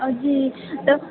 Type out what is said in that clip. अजी तऽ